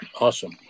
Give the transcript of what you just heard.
Awesome